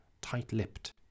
tight-lipped